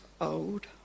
old